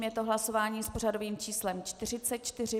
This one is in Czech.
Je to hlasování s pořadovým číslem 44.